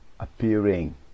appearing